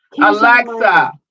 Alexa